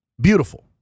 beautiful